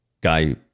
Guy